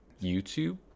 YouTube